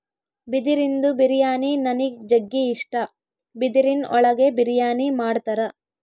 ಬಿದಿರಿಂದು ಬಿರಿಯಾನಿ ನನಿಗ್ ಜಗ್ಗಿ ಇಷ್ಟ, ಬಿದಿರಿನ್ ಒಳಗೆ ಬಿರಿಯಾನಿ ಮಾಡ್ತರ